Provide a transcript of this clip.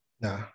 Nah